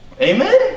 Amen